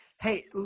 Hey